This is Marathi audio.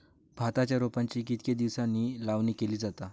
भाताच्या रोपांची कितके दिसांनी लावणी केली जाता?